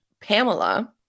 Pamela